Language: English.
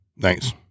Thanks